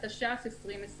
התש"ף-2020